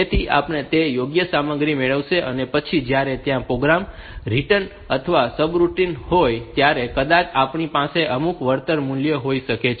તેથી પરિણામે તે યોગ્ય સામગ્રી મેળવશે અને પછી જ્યારે ત્યાં પ્રોગ્રામ રીટર્ન અથવા સબરૂટિન રીટર્ન હોય છે ત્યારે કદાચ આપણી પાસે અમુક વળતર મૂલ્ય હોઈ શકે છે